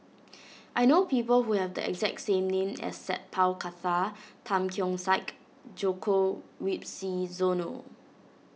I know people who have the exact same name as Sat Pal Khattar Tan Keong Saik Djoko Wibisono